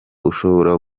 ushobora